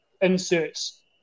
inserts